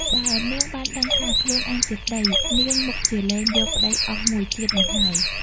បើនាងបានដឹងថា ខ្លួនអញជាប្ដី នាងមុខជាលែងយកប្ដីអស់មួយជាតិនេះហើយ។